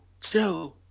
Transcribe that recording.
Joe